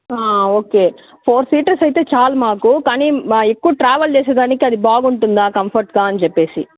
okay four seaters అయితే చాలు మాకు కానీ ఎక్కువ ట్రావెల్ చేసేదానికి అది బాగుంటుందా కంఫర్ట్గా అని చెప్పేసి